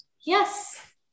yes